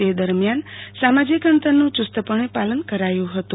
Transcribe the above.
તે દરમ્યાન સામાજીક અંતરન ચસ્ત પણ પાલન કરાયું હતું